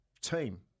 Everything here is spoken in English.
team